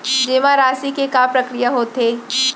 जेमा राशि के का प्रक्रिया होथे?